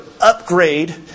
upgrade